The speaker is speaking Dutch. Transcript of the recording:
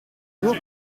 rok